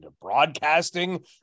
broadcasting